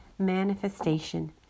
Manifestation